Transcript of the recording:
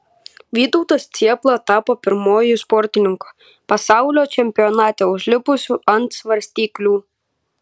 vytautas cėpla tapo pirmuoju sportininku pasaulio čempionate užlipusiu ant svarstyklių